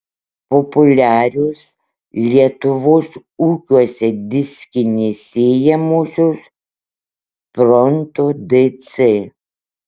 populiarios lietuvos ūkiuose diskinės sėjamosios pronto dc